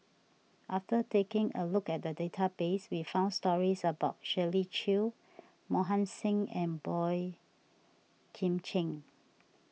after taking a look at the database we found stories about Shirley Chew Mohan Singh and Boey Kim Cheng